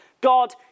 God